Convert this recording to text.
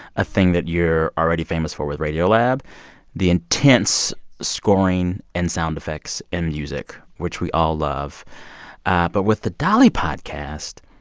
a thing that you're already famous for with radiolab the intense scoring and sound effects and music, which we all love but with the dolly podcast,